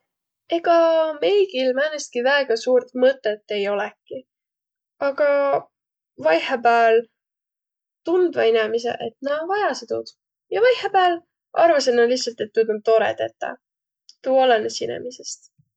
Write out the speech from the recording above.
Ega meigil määnestki väega suurt mõtõt ei olõki. Aga vaihõpääl tundvaq inemiseq, et nä vajasõq tuud. Ja vaihõpääl arvasõq nä lihtsalt, et tuud om tore tetäq. Tuu olõnõs inemisest.